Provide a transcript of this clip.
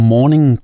Morning